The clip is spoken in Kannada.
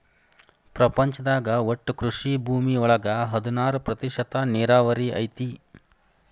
ಪ್ರಪಂಚದಾಗ ಒಟ್ಟು ಕೃಷಿ ಭೂಮಿ ಒಳಗ ಹದನಾರ ಪ್ರತಿಶತಾ ನೇರಾವರಿ ಐತಿ